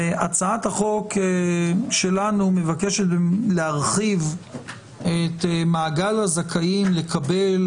הצעת החוק שלנו מבקשת להרחיב את מעגל הזכאים לקבל,